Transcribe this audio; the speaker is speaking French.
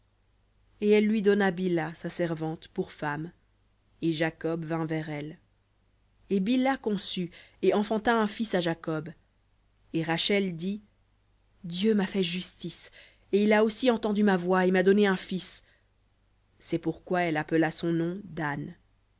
et elle lui donna bilha sa servante pour femme et jacob vint vers elle et bilha conçut et enfanta un fils à jacob et rachel dit dieu m'a fait justice et il a aussi entendu ma voix et m'a donné un fils c'est pourquoi elle appela son nom dan